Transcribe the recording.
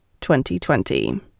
2020